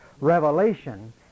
revelation